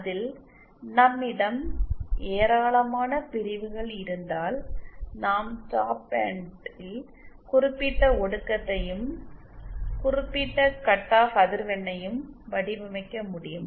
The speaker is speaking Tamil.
அதில் நம்மிடம் ஏராளமான பிரிவுகள் இருந்தால் நாம் ஸாப்ட் பேண்டில் குறிப்பிட்ட ஒடுக்கத்தையும் குறிப்பிட்ட கட் ஆப் அதிர்வெண்ணையும் வடிவமைக்க முடியும்